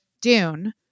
Dune